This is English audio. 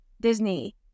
Disney